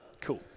Cool